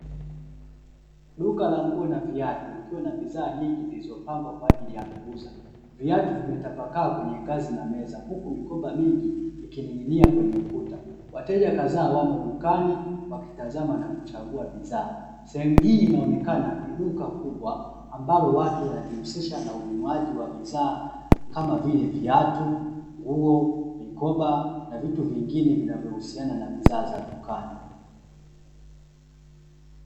Duka la nguo na viatu likiwa na bidhaa nyingi zilizopangwa kwa ajili ya kuuza, viatu vimetapakaa kwenye ngazi na meza, huku mikoba mingi ikining'nia kwenye kuta. Wateja kadhaa wamo dukani wakitazama na kuchagua bidhaa. Sehemu hii inaonekana ni duka kubwa, ambalo watu wanajihusisha na ununuaji wa bidhaa kama vile viatu, nguo, mikoba na vitu vingine vinavyohusiana na bidhaa za dukani.